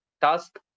task